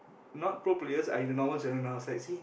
not pro players are in the normal channel now like